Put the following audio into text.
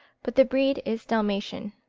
but the breed is dalmatian.